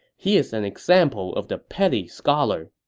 he is an example of the petty scholar.